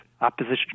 opposition